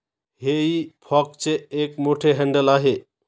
हेई फॉकचे एक मोठे हँडल आहे